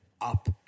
up